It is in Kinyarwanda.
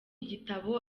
igitabo